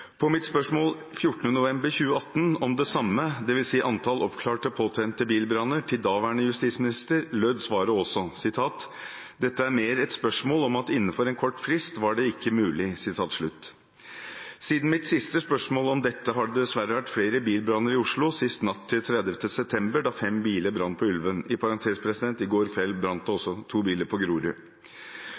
På mitt spørsmål 14. november 2018 om det samme, antall oppklarte påtente bilbranner, til daværende justisminister lød svaret også: «Dette er mer et spørsmål om at innenfor en kort frist var det ikke mulig.» Siden mitt siste spørsmål om dette har det dessverre vært flere bilbranner i Oslo, sist natt til 30. september, da fem biler brant på Ulven. Politiet mistenker at disse ble påtent, i likhet med 123 av bilbrannene i